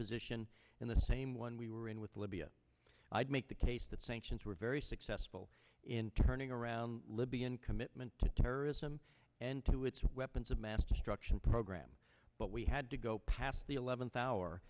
position in the same one we were in with libya i'd make the case that sanctions were very successful in turning around libyan commitment to terrorism and to its weapons of mass destruction program but we had to go past the eleventh hour